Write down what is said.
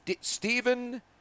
Stephen